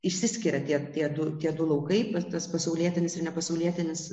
išsiskiria tie tiedu tie du laukai tas pasaulietinis ir nepasaulietinis